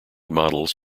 models